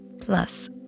Plus